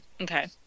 Okay